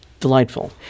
delightful